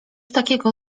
takiego